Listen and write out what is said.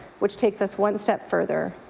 which takes us one step further.